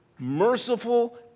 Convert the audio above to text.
merciful